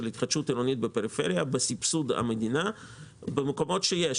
התחדשות עירונית בפריפריה בסבסוד המדינה במקומות שיש.